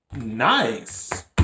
Nice